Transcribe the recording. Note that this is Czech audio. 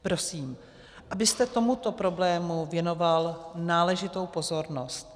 Prosím, abyste tomuto problému věnoval náležitou pozornost.